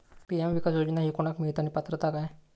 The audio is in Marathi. पी.एम किसान योजना ही कोणाक मिळता आणि पात्रता काय?